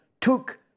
took